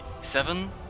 Seven